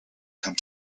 come